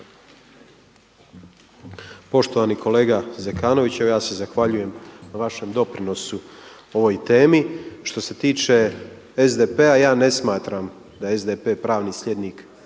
Poštovani kolega Zekanoviću, evo ja se zahvaljujem na vašem doprinosu ovoj temi. Što se tiče SDP-a ja ne smatram da je SDP pravni slijednik